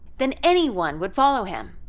then anyone would follow him.